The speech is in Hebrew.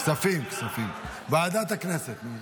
כלכלה, כלכלה.